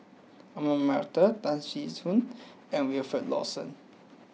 Ahmad Mattar Tan Tee Suan and Wilfed Lawson